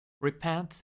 Repent